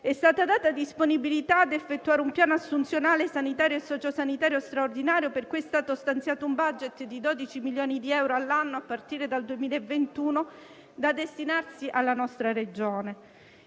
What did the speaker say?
È stata data disponibilità a effettuare un piano assunzionale sanitario e socio-sanitario straordinario per cui è stato stanziato un *budget* di 12 milioni di euro all'anno a partire dal 2021 da destinarsi alla nostra Regione.